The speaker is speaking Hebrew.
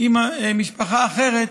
עם משפחה אחרת